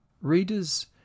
Readers